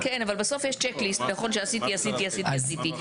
כן אבל בסוף יש צ'ק ליסט נכון שעשיתי עשיתי עשיתי עשיתי,